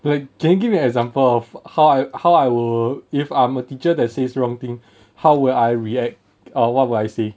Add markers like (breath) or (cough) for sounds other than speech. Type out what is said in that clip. like can you give me an example of how how I will if I'm a teacher that says wrong thing (breath) how would I react or what would I say